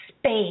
space